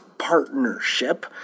partnership